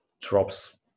drops